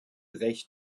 recht